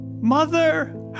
Mother